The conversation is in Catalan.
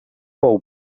pou